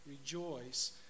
rejoice